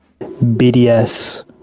BDS